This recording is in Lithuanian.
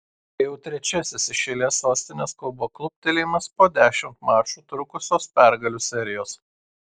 tai jau trečiasis iš eilės sostinės klubo kluptelėjimas po dešimt mačų trukusios pergalių serijos